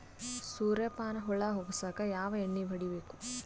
ಸುರ್ಯಪಾನ ಹುಳ ಹೊಗಸಕ ಯಾವ ಎಣ್ಣೆ ಹೊಡಿಬೇಕು?